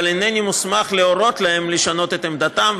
אבל אינני מוסמך להורות להם לשנות את עמדתם,